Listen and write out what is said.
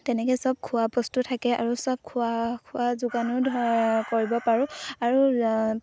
তেনেকৈ চব খোৱা বস্তু থাকে আৰু চব খোৱা খোৱা যোগানো ধৰ কৰিব পাৰোঁ আৰু